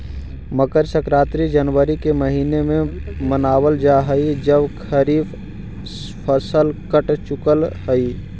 मकर संक्रांति जनवरी के महीने में मनावल जा हई जब खरीफ फसल कट चुकलई हे